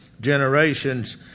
generations